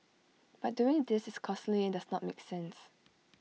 but doing this is costly and does not make sense